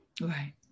right